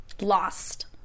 lost